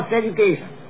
education